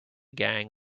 gang